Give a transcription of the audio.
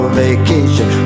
vacation